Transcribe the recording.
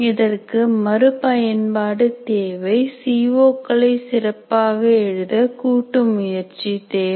இதற்கு மறுபயன்பாடு தேவை சி ஓ களை சிறப்பாக எழுத கூட்டு முயற்சி தேவை